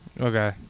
Okay